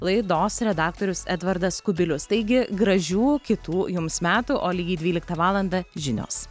laidos redaktorius edvardas kubilius taigi gražių kitų jums metų o lygiai dvyliktą valandą žinios